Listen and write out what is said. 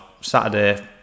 saturday